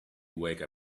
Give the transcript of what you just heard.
wake